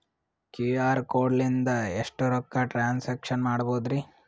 QR code ಲಿಂದ ಎಷ್ಟ ರೊಕ್ಕ ಟ್ರಾನ್ಸ್ಯಾಕ್ಷನ ಮಾಡ್ಬೋದ್ರಿ?